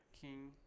King